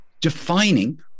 defining